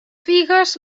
figues